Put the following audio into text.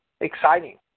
exciting